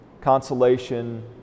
consolation